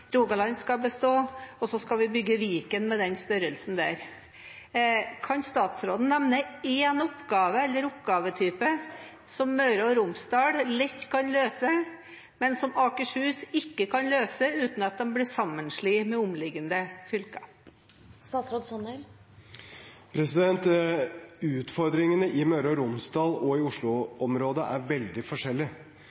Rogaland skal bestå, og vi skal bygge Viken med den størrelsen der – kan statsråden nevne én oppgave eller oppgavetype som Møre og Romsdal lett kan løse, men som Akershus ikke kan løse uten at de blir slått sammen med omliggende fylker? Utfordringene i Møre og Romsdal og i